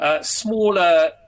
Smaller